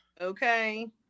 okay